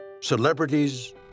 celebrities